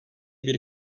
bir